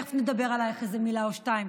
תכף נגיד עלייך איזו מילה או שתיים.